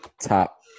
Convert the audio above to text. top